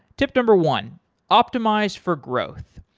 tip number one optimize for growth.